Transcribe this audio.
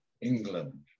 England